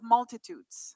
Multitudes